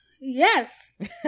yes